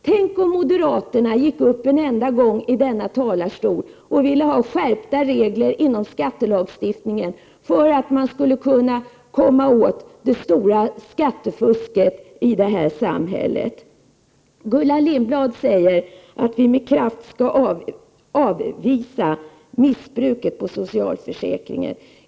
Tänk, om moderaterna en enda gång gick upp i riksdagens talarstol och ville ha skärpta regler inom skattelagstiftningen, för att man skulle kunna komma åt det stora skattefusket i det här samhället! Gullan Lindblad säger att vi med kraft skall avvisa missbruket av socialförsäkringarna.